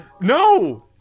No